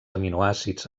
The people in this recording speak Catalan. aminoàcids